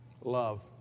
Love